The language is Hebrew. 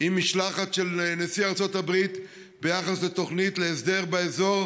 עם משלחת של נשיא ארצות הברית ביחס לתוכנית להסדר באזור